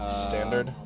standard?